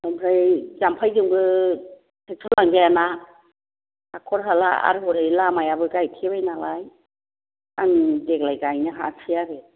ओमफ्राय जाम्फायजोंबो थेक्थ'र लांजायाना हाख'र हाला आरो हरै लामायाबो गायथेबाय नालाय आं देग्लाय गायनो हायाखैसै आरो